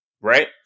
right